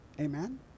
Amen